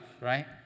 right